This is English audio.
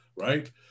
right